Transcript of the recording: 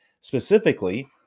specifically